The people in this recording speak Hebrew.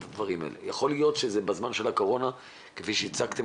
יכול להיות שזה בגלל הזמן של הקורונה כפי שהצגתם,